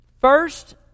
First